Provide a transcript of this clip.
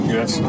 Yes